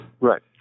Right